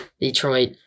Detroit